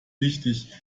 wichtig